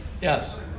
Yes